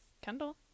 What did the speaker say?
Kendall